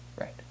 right